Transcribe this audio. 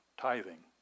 tithing